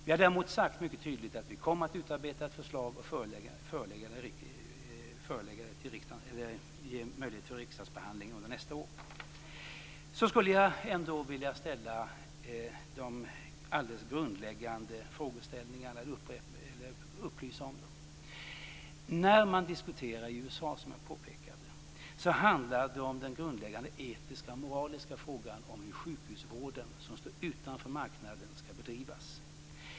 Vi har däremot sagt mycket tydligt att vi kommer att utarbeta ett förslag och ge möjlighet för riksdagsbehandling under nästa år. Så skulle jag ändå vilja upplysa om de alldeles grundläggande frågeställningarna. När man diskuterar i USA, som jag påpekade, handlar det om den grundläggande etiska och moraliska frågan om hur den sjukhusvård som står utanför marknaden ska bedrivas.